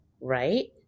right